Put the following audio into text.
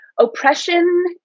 Oppression